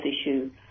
issue